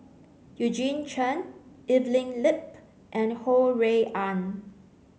Eugene Chen Evelyn Lip and Ho Rui An